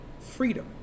Freedom